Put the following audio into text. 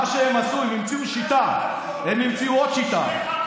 מה שהם עשו, הם המציאו שיטה, הם המציאו עוד שיטה,